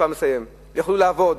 יוכלו לעבוד.